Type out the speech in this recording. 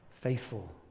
faithful